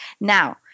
now